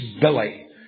Billy